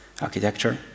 architecture